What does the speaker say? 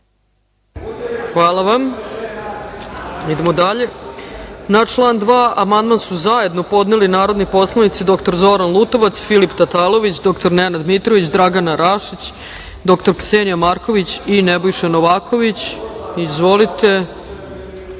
Hvala vam. Na član 2. amandman su zajedno podneli narodni poslanici dr Zoran Lutovac, Filip Tatalović, dr Nenad Mitrović, Dragana Rašić, dr Ksenija Marković i Nebojša Novaković. Reč